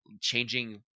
changing